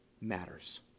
matters